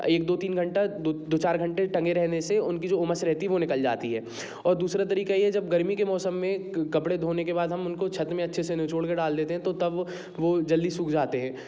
एक दो तीन घंटा दो चार घंटे टंगे रहने से उनकी जो उमस रहती है वो निकल जाती है और दूसरा तरीक़ा ये है जब गर्मी के मौसम में कपड़े धोने के बाद हम उनको छत्त में अच्छे से निचोड़ के डाल देते हैं तो तब वो जल्दी सूख जाते हैं